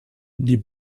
die